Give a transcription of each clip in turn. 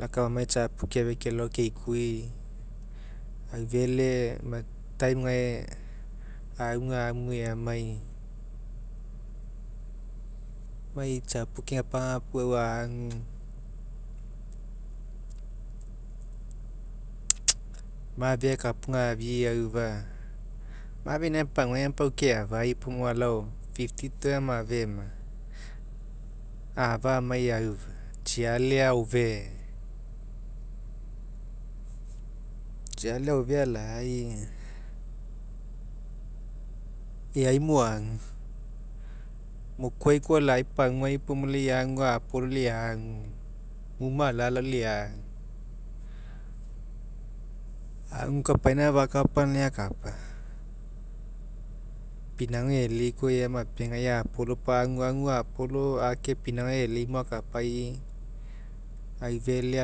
Lai aga famai tsiapu keafia kelao keikui aufele emai time gae auga amue amai amai tsiapu kepagapuaua agu mafe akapuga afii aufa mafe inae paguai aga pau keafai puo alao fifty toea mafe ma amai auga tsiale aofe tsiale aofe ala'ai eaimo agu mokuai koa lai pagua puo lai agu a'apolo agu uma alalao lai agu kapaina fakapa aga lai akapa pinauga e'ele koa ea mapegai a'apolo puo agu a'apolo ake pubauga e'elei mo akapai aufele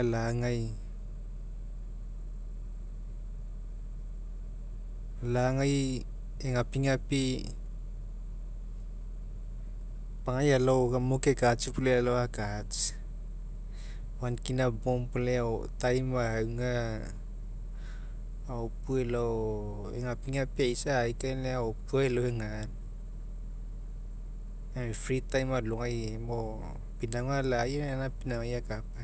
alai egapigapi apagai alao gamo kekatsi puo lai alao akatsi one kina bomb puo lau time mo auga aopua elao egapigapi aisa aekaina lai aopua elao egaina e'u free time alogai mo pinauga lai aga gaina pinauga akapa.